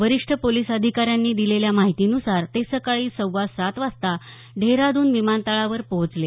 वरिष्ठ पोलिस अधिकाऱ्यांनी दिलेल्या माहितीनुसार ते सकाळी सव्वासात वाजता डेहराडून विमानतळावर पोहचले